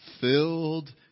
filled